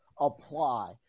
apply